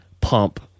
pump